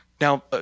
Now